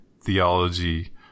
theology